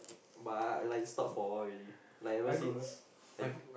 but I I like stop for awhile already like ever since I